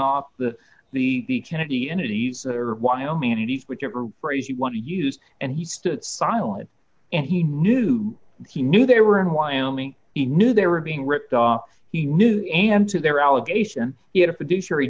off the the kennedy entities or wyoming entities whichever phrase you want to use and he stood silent and he knew he knew they were in wyoming he knew they were being ripped off he knew and to their allegation he had